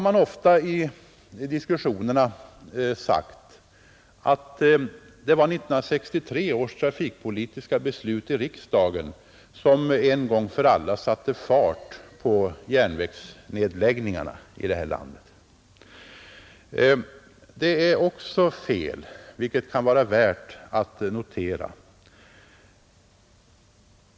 Man har i diskussionerna ofta framhållit att det var 1963 års trafikpolitiska beslut i riksdagen som en gång för alla satte fart på järnvägsnedläggningarna i det här landet. Det är också fel, vilket kan vara värt att notera.